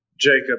Jacob